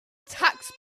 tax